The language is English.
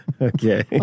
Okay